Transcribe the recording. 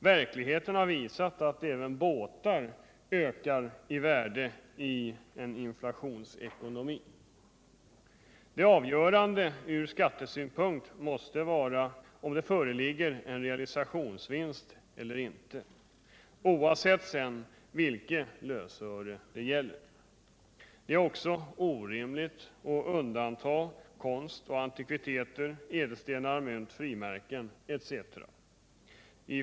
Verkligheten har visat att även båtar ökar i värde i en inflationsekonomi. Det avgörande ur skattesynpunkt måste vara om det föreligger en realisationsvinst eller inte, oavsett vilket lösöre det gäller. Det är också orimligt att undanta konst och antikviteter, ädelstenar, mynt, frimärken etc.